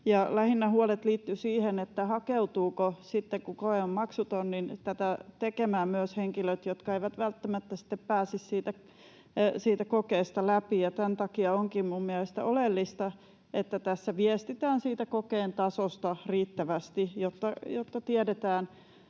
Lähinnä huolet liittyivät siihen, että sitten kun koe on maksuton, hakeutuvatko tätä tekemään myös henkilöt, jotka eivät välttämättä sitten pääsisi siitä kokeesta läpi. Tämän takia onkin mielestäni oleellista, että viestitään siitä kokeen tasosta riittävästi, jotta tiedetään,